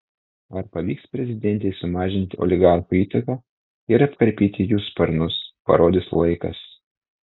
ar pavyks prezidentei sumažinti oligarchų įtaką ir apkarpyti jų sparnus parodys laikas